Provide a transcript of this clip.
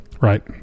Right